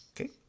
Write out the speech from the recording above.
okay